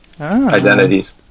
identities